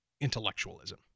intellectualism